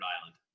Island